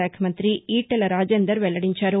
శాఖ మంతి ఈటెల రాజేందర్ వెల్లడించారు